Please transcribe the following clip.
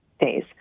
days